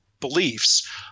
beliefs